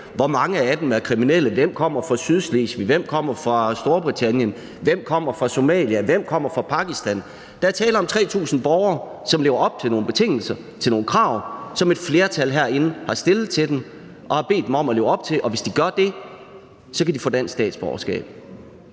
hvor mange af dem, der er kriminelle, hvem der kommer fra Sydslesvig, hvem der kommer fra Storbritannien, hvem der kommer fra Somalia, hvem der kommer fra Pakistan. Der er tale om 3.000 borgere, som lever op til nogle betingelser, nogle krav, som et flertal herinde har stillet til dem og bedt dem om at leve op til, og hvis de gør det, kan de få et dansk statsborgerskab.